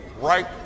right